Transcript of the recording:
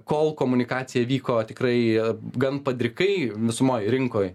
kol komunikacija vyko tikrai gan padrikai visumoj rinkoj